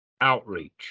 outreach